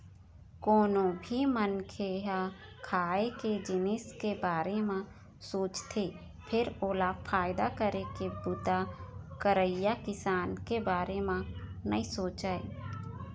कोनो भी मनखे ह खाए के जिनिस के बारे म सोचथे फेर ओला फायदा करे के बूता करइया किसान के बारे म नइ सोचय